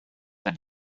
the